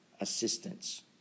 assistance